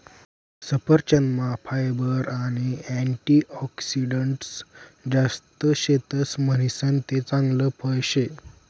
सफरचंदमा फायबर आणि अँटीऑक्सिडंटस जास्त शेतस म्हणीसन ते चांगल फळ शे